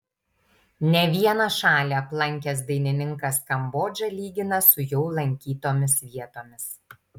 ne vieną šalį aplankęs dainininkas kambodžą lygina su jau lankytomis vietomis